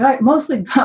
mostly